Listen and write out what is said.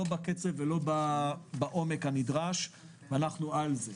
אבל לא בקצב ולא בעומק הנדרש ואנחנו על זה.